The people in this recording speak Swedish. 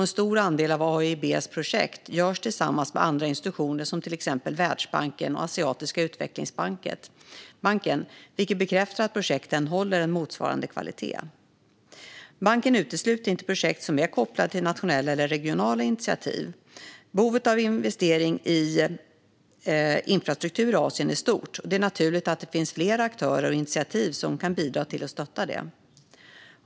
En stor andel av AIIB:s projekt görs tillsammans med andra institutioner, till exempel Världsbanken och Asiatiska utvecklingsbanken, vilket bekräftar att projekten håller en motsvarande kvalitet. Banken utesluter inte projekt som är kopplade till nationella eller regionala initiativ. Behovet av investering i infrastruktur i Asien är stort, och det är naturligt att det finns flera aktörer och initiativ som kan bidra till att stötta detta.